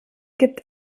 gibt